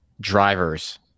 drivers